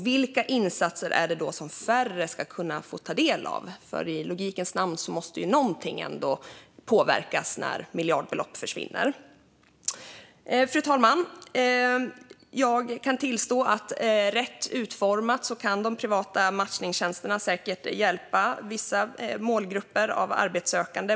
Vilka insatser är det då som färre ska kunna ta del av? I logikens namn måste ju någonting påverkas när miljardbelopp försvinner. Fru talman! Jag kan tillstå att rätt utformade kan de privata matchningstjänsterna säkert hjälpa vissa grupper av arbetssökande.